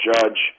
Judge